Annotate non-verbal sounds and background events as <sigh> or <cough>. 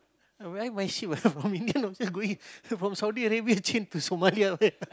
why my ship ah from Indian Ocean going from Saudi-Arabia change to Somalia <laughs>